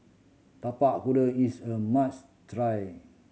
Tapak Kuda is a must try